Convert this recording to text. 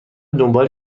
دنبال